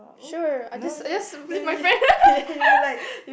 sure I just I just believe my friend